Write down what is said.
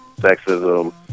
sexism